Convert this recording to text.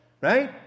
right